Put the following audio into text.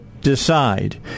decide